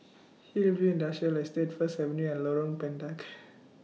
Hillview Industrial Estate First Avenue and Lorong Pendek